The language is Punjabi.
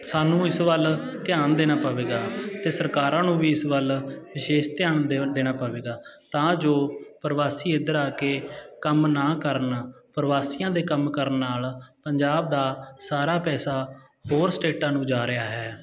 ਸਾਨੂੰ ਇਸ ਵੱਲ ਧਿਆਨ ਦੇਣਾ ਪਵੇਗਾ ਅਤੇ ਸਰਕਾਰਾਂ ਨੂੰ ਵੀ ਇਸ ਵੱਲ ਵਿਸ਼ੇਸ਼ ਧਿਆਨ ਦੇ ਦੇਣਾ ਪਵੇਗਾ ਤਾਂ ਜੋ ਪ੍ਰਵਾਸੀ ਇੱਧਰ ਆ ਕੇ ਕੰਮ ਨਾ ਕਰਨ ਪ੍ਰਵਾਸੀਆਂ ਦੇ ਕੰਮ ਕਰਨ ਨਾਲ ਪੰਜਾਬ ਦਾ ਸਾਰਾ ਪੈਸਾ ਹੋਰ ਸਟੇਟਾਂ ਨੂੰ ਜਾ ਰਿਹਾ ਹੈ